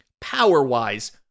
power-wise